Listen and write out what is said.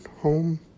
home